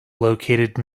located